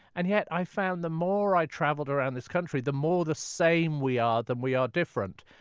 and yet, i found the more i travelled around this country, the more the same we are than we are different.